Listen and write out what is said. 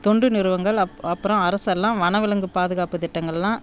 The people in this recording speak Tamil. தொண்டு நிறுவனங்கள் அப்புறம் அரசெல்லாம் வனவிலங்கு பாதுகாப்பு திட்டங்கள்லாம்